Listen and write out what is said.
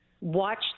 watch